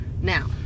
Now